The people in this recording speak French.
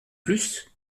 plus